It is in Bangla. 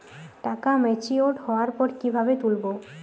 টাকা ম্যাচিওর্ড হওয়ার পর কিভাবে তুলব?